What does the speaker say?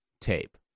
tape